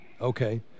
Okay